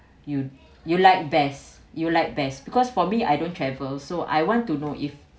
you you like best you like best because for me I don't travel so I want to know if